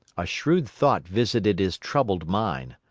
a shrewd thought visited his troubled mind.